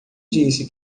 disse